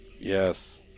Yes